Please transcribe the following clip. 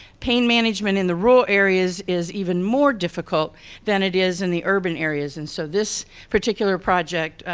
pain management in the rural areas is even more difficult than it is in the urban areas. and so this particular project,